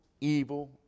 evil